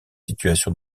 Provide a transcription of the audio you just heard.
situation